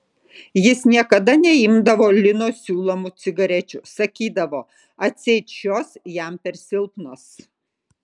jis niekada neimdavo lino siūlomų cigarečių sakydavo atseit šios jam per silpnos